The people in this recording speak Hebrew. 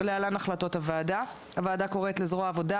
להלן החלטות הוועדה: הוועדה קוראת לזרוע העבודה